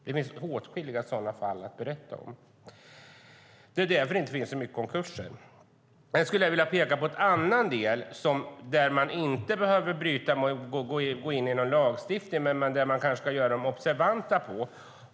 Det finns åtskilliga sådana fall att berätta om. Det är därför det inte finns så många konkurser. Sedan skulle jag vilja peka på en annan del, där man inte behöver gå in med lagstiftning men göra dem observanta.